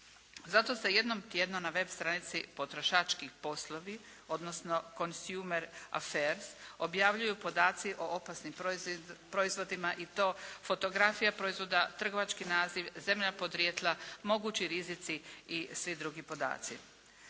Zato se jednom tjedno na web. stranici potrošački poslovi odnosno consumer affairs objavljuju podaci o opasnim proizvodima i to fotografije proizvoda, trgovački naziv, zemlja podrijetla, mogući rizici i svi drugi podaci.